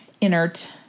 inert